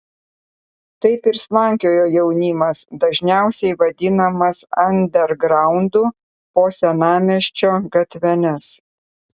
taip ir slankiojo jaunimas dažniausiai vadinamas andergraundu po senamiesčio gatveles